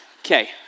Okay